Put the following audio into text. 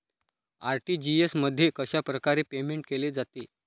RTGS मध्ये कशाप्रकारे payment केले जाते?